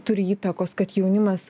turi įtakos kad jaunimas